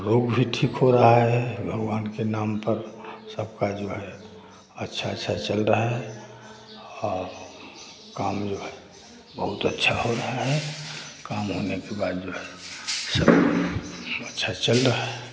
रोग भी ठीक हो रहा है भगवान के नाम पर सबका जो है अच्छा अच्छा चल रहा है और काम जो है बहुत अच्छा हो रहा है काम होने के बाद जो है सब अच्छा चल रहा है